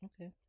Okay